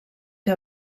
que